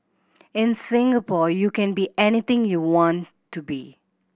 in Singapore you can be anything you want to be